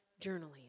journaling